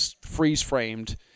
freeze-framed